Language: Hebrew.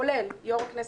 כולל יו"ר הכנסת,